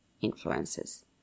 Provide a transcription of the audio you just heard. influences